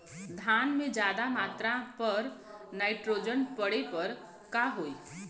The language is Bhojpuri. धान में ज्यादा मात्रा पर नाइट्रोजन पड़े पर का होई?